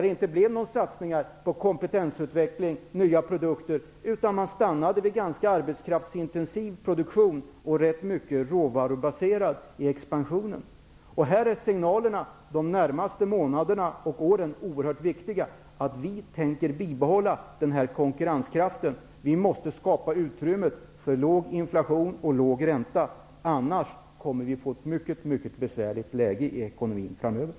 Det blev inga satsningar på kompetensutveckling och nya produkter, utan man stannade vid en ganska arbetskraftsintensiv och råvarubaserad produktion. Signalerna om att vi tänker bibehålla den här konkurrenskraften är de närmaste månaderna och åren oerhört viktiga. Vi måste skapa utrymme för låg inflation och låg ränta. Annars kommer vi att få ett mycket besvärligt läge i ekonomin framöver.